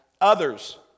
others